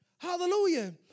Hallelujah